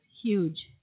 huge